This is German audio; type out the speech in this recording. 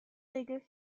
regel